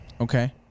Okay